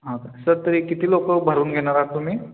हां सर तरी किती लोकं भरून घेणार आहात तुम्ही